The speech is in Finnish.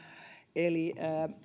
eli